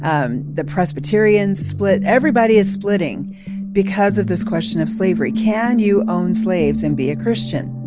um the presbyterians split. everybody is splitting because of this question of slavery. can you own slaves and be a christian?